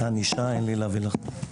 ענישה אין לי להביא לך פה.